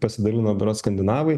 pasidalino berods skandinavai